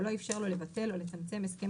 או לא איפשר לו לבטל או לצמצם הסכם